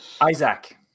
Isaac